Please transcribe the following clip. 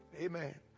Amen